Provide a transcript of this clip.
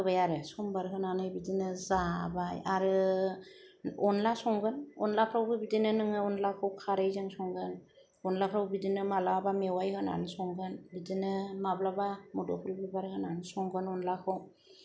समबार होबाय आरो समबार होनानै बिदिनो जाबाय आरो अनला संगोन अनलाफोरावबो बिदिनो नोङो अनलाखौ खारैजों संगोन अनलाफोरावबो बिदिनो मालाबा मेबाय होनान संगोन बिदिनो माब्लाबा मोदोमफुल बिबार होनान संगोन आनलाखौ